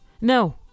No